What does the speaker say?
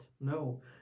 No